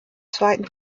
zweiten